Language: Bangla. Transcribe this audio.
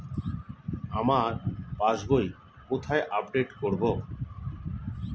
আমার পাস বই কোথায় আপডেট করব?